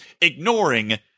ignoring